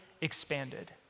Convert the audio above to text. expanded